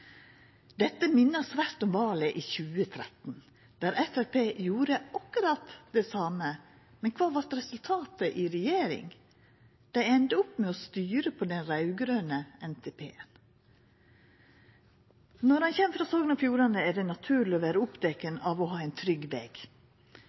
Dette minner mykje om valet i 2013, der Framstegspartiet gjorde akkurat det same, men kva vart resultatet i regjering? Dei enda opp med å styra på den raud-grøne NTP-en. Når ein kjem frå Sogn og Fjordane, er det naturleg å vera oppteken